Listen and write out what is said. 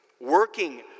working